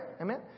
Amen